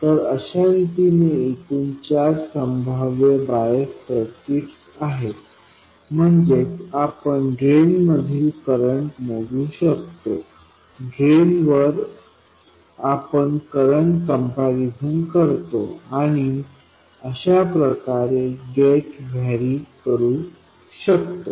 तर अशा रितीने एकूण चार संभाव्य बायस सर्किट्स आहेत म्हणजेच आपण ड्रेन मधील करंट मोजू शकतो ड्रेन वर आपण करंट कम्पॅरिझन करतो आणि अशा प्रकारे गेट व्हेरी करू शकतो